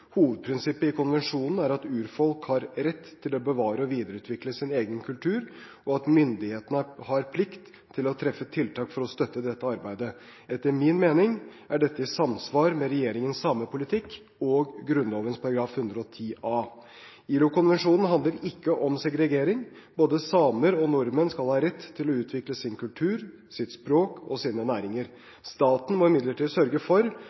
Hovedprinsippet i konvensjonen er at urfolk har rett til å bevare og videreutvikle sin egen kultur, og at myndighetene har plikt til å treffe tiltak for å støtte dette arbeidet. Etter min mening er dette i samsvar med regjeringens samepolitikk og Grunnloven § 110 a. ILO-konvensjonen handler ikke om segregering. Både samer og nordmenn skal ha rett til å utvikle sin kultur, sitt språk og sine næringer. Staten må imidlertid sørge for